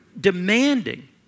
demanding